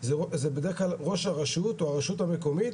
זה בדרך-כלל ראש הרשות או הרשות המקומית,